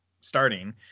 starting